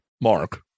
mark